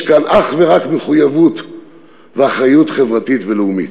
יש כאן אך ורק מחויבות ואחריות חברתית ולאומית.